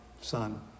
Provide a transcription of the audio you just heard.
Son